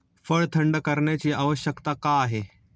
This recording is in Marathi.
फळ थंड करण्याची आवश्यकता का आहे?